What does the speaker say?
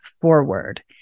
forward